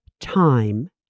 Time